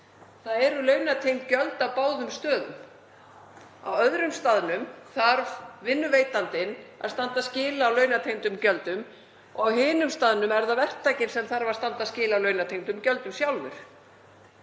Það eru launatengd gjöld á báðum stöðum. Á öðrum staðnum þarf vinnuveitandinn að standa skil á launatengdum gjöldum og á hinum staðnum þarf verktakinn að standa skil á launatengdum gjöldum sjálfur.